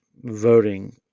Voting